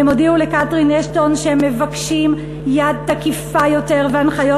הודיעו לקתרין אשטון שהן מבקשות יד תקיפה יותר והנחיות